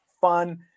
fun